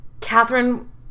Catherine